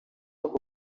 aka